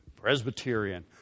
Presbyterian